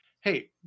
Hey